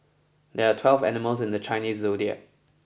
there are twelve animals in the Chinese Zodiac